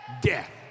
death